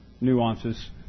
nuances